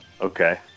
Okay